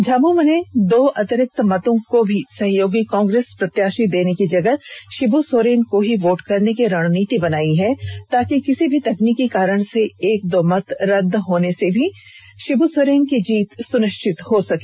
झामुमो ने दो अतिरिक्त मतों को भी सहयोगी कांग्रेस प्रत्याशी देने की जगह शिब् सोरेन को ही वोट करने की रणनीति बनायी है ताकि किसी भी तकनीकी कारण से एक दो मत रद्द भी होते हैं तब भी शिबू सोरेन की जीत सुनिश्चित हो सके